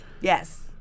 Yes